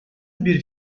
bir